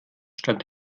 stand